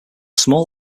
small